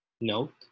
Note